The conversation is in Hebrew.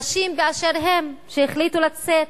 אנשים באשר הם שהחליטו לצאת,